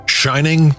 shining